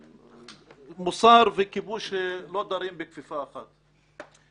מוסר וכיבוש לא דרים בכפיפה אחת.